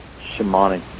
shamanic